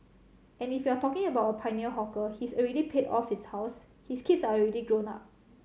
and if you're talking about a pioneer hawker he's already paid off his house his kids are already grown up